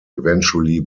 eventually